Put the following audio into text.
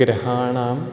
ग्रहाणाम्